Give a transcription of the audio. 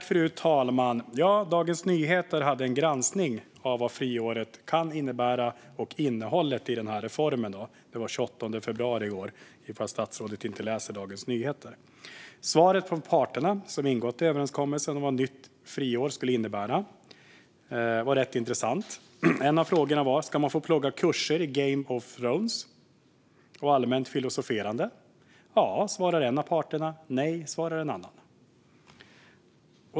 Fru talman! Dagens Nyheter har gjort en granskning av vad friåret kan innebära och av innehållet i reformen. Den publicerades den 28 februari i år, kan jag tala om för det fall att statsrådet inte läser Dagens Nyheter. Svaren om vad ett nytt friår skulle innebära från parterna som ingått överenskommelsen var rätt intressanta. En av frågorna var: Ska man få plugga kurser i Game of Thrones och allmänt filosoferande? Ja, svarar en av parterna. Nej, svarar en annan.